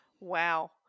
Wow